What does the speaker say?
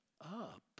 up